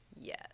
Yes